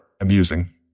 amusing